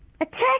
Attack